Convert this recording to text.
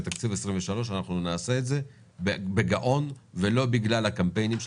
בתקציב 23' אנחנו נעשה את זה בגאון ולא בגלל הקמפיינים שלכם,